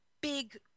big